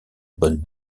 bonne